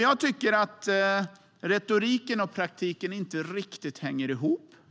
Jag tycker att retoriken och praktiken inte riktigt hänger ihop.